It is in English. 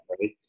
right